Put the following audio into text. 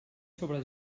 sobre